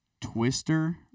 Twister